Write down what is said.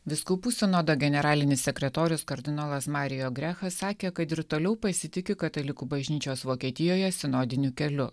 vyskupų sinodo generalinis sekretorius kardinolas mario grechas sakė kad ir toliau pasitiki katalikų bažnyčios vokietijoje sinodiniu keliu